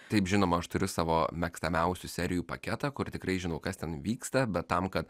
taip žinoma aš turiu savo mėgstamiausių serijų paketą kur tikrai žino kas ten vyksta bet tam kad